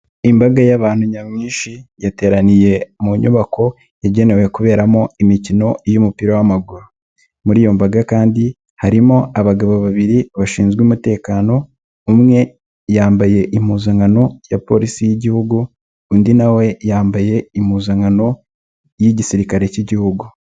Imbaga y'abantu nyamwinshi yateraniye mu nyubako yagenewe kuberamo imikino y'umupira w'amaguru. Muri iyo mbaga kandi harimo abagabo babiri bashinzwe umutekano, umwe yambaye impuzankano ya Polisi y'Igihugu, undi na we yambaye impuzankano y'Igisirikare k'Igihugu.